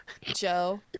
Joe